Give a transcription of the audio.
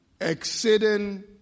exceeding